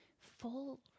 full